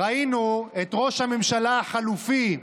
ראינו את ראש הממשלה החלופי,